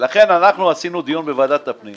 ולכן אנחנו עשינו דיון בוועדת הפנים